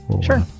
Sure